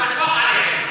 שאפשר לסמוך עליהם.